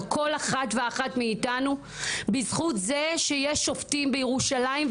כל אחת ואחת מאיתנו בזכות זה שיש שופטים בירושלים,